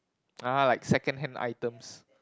ah like secondhand items